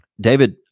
David